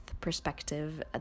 perspective